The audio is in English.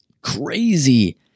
crazy